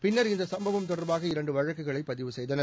பின்னர் இந்த சம்பவம் தொடர்பாக இரண்டு வழக்குகளை பதிவு செய்தனர்